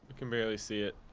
can barely see it.